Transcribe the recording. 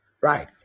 right